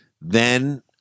Then-